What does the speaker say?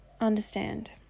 understand